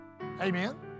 Amen